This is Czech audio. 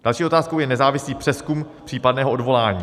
Další otázkou je nezávislý přezkum případného odvolání.